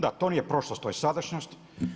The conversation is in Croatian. Da, to nije prošlost, to je sadašnjost.